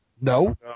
No